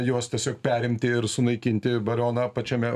juos tiesiog perimti ir sunaikinti balioną pačiame